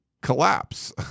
collapse